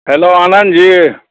hello Anand जी